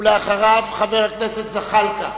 ואחריו, חבר הכנסת זחאלקה.